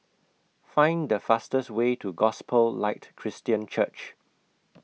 Find The fastest Way to Gospel Light Christian Church